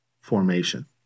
formation